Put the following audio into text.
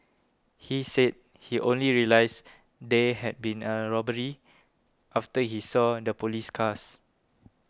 he said he only realised there had been a robbery after he saw the police cars